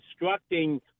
instructing